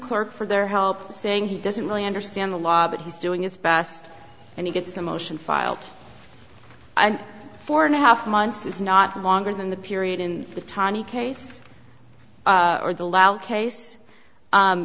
clerk for their help saying he doesn't really understand the law but he's doing his best and he gets the motion filed and four and a half months is not longer than the period in the tawny case or the loud case